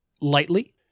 lightly